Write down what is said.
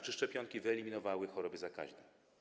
Czy szczepionki wyeliminowały choroby zakaźne.